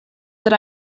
that